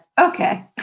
okay